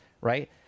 right